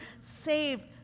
saved